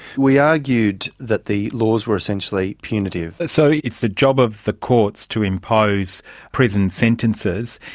we argued that the laws were essentially punitive. so it's the job of the courts to impose prison sentences.